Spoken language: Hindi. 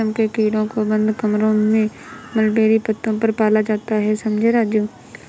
रेशम के कीड़ों को बंद कमरों में मलबेरी पत्तों पर पाला जाता है समझे राजू